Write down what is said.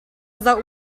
zoh